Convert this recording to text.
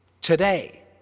today